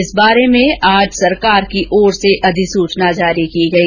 इस बारे में आज सरकार की ओर से अधिसूचना जारी की गई